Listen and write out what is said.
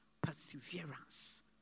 Perseverance